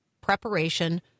preparation